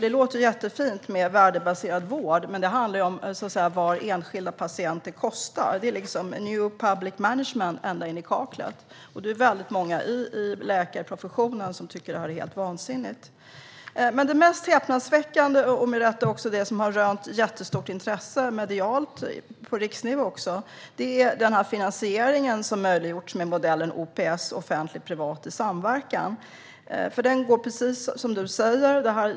Det låter ju jättefint med värdebaserad vård, men det handlar om vad enskilda patienter kostar. Det är new public management ända in i kaklet. Det är många i läkarprofessionen som tycker att detta är helt vansinnigt. Det mest häpnadsväckande, och det som med rätta har rönt jättestort intresse medialt också på riksnivå, är den finansiering som har möjliggjorts med modellen OPS, offentlig-privat samverkan.